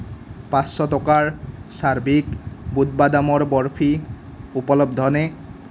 পাঁচশ টকাৰ চাৰ্ভিক বুট বাদামৰ বৰ্ফি উপলব্ধ নে